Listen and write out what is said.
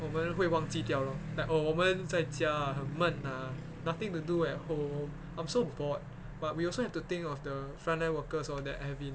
我们会忘记掉 lor like oh 我们在家很闷 ah nothing to do at home I'm so bored but we also have to think of the front line workers all that have been